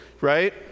right